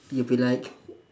you'll be like